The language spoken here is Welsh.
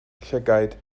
llygaid